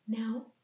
Now